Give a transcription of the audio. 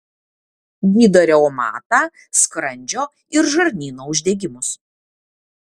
gydo reumatą skrandžio ir žarnyno uždegimus